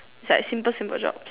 is like simple simple jobs